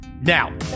now